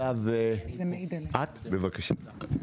בבקשה.